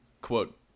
quote